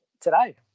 today